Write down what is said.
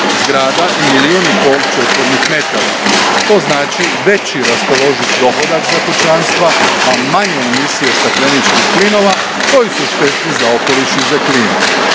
zgrada i milijun i pol četvornih metara. To naposljetku znači veći raspoloživ dohodak za kućanstva, a manje emisije stakleničkih plinova koji su štetni za okoliš i za klimu.